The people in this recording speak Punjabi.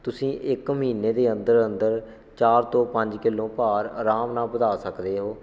ਤੁਸੀਂ ਇਕ ਮਹੀਨੇ ਦੇ ਅੰਦਰ ਅੰਦਰ ਚਾਰ ਤੋਂ ਪੰਜ ਕਿਲੋ ਭਾਰ ਆਰਾਮ ਨਾਲ ਵਧਾ ਸਕਦੇ ਹੋ